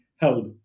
held